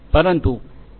પરંતુ એમ